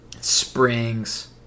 Springs